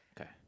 okay